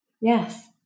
yes